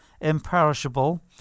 imperishable